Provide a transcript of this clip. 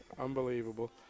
Unbelievable